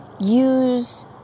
use